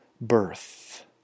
birth